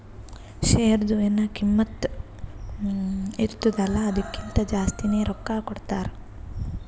ಶೇರ್ದು ಎನ್ ಕಿಮ್ಮತ್ ಇರ್ತುದ ಅಲ್ಲಾ ಅದುರ್ಕಿಂತಾ ಜಾಸ್ತಿನೆ ರೊಕ್ಕಾ ಕೊಡ್ತಾರ್